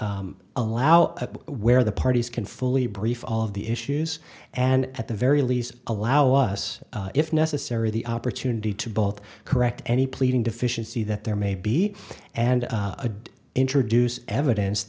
and allow where the parties can fully briefed all of the issues and at the very least allow us if necessary the opportunity to both correct any pleading deficiency that there may be and a good introduce evidence